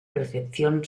percepción